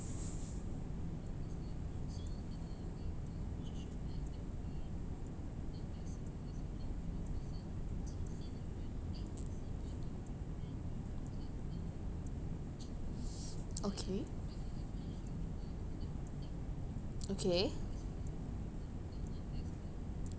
okay okay